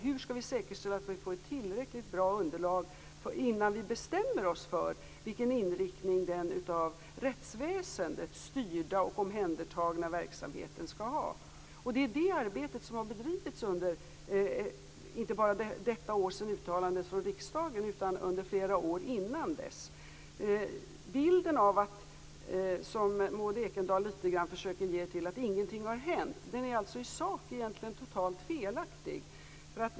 Hur skall vi säkerställa att vi får ett tillräckligt bra underlag innan vi bestämmer oss för vilken inriktning den av rättsväsendet styrda och omhändertagna verksamheten skall ha? Det arbetet har bedrivits under inte bara detta år sedan uttalandet från riksdagen utan under flera år innan dess. Bilden av att ingenting har hänt, som Maud Ekendahl litet grand försöker ge, är alltså i sak egentligen totalt felaktig.